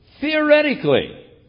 theoretically